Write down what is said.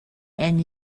and